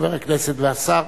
חבר הכנסת והשר,